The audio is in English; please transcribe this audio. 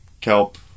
kelp